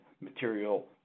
material